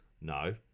No